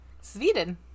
Sweden